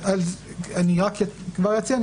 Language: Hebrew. אני כבר אציע,